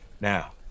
now